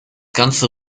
ganze